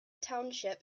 township